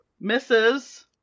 misses